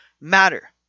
matter